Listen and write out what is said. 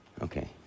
okay